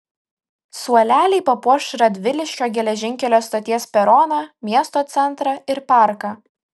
suoleliai papuoš radviliškio geležinkelio stoties peroną miesto centrą ir parką